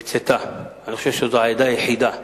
הקצתה, אני חושב שזו העדה היחידה שהמדינה,